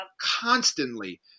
Constantly